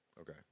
okay